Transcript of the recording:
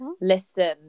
Listen